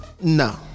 No